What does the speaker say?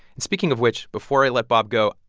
and speaking of which, before i let bob go,